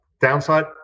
downside